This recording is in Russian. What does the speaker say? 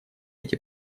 эти